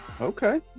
okay